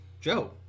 Joe